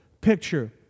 picture